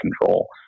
control